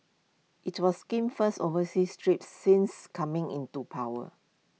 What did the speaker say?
IT was Kim's first overseas trip since coming into power